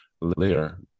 layer